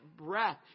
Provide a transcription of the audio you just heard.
breath